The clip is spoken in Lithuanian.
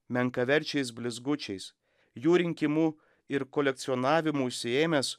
menkaverčiais blizgučiais jų rinkimu ir kolekcionavimu užsiėmęs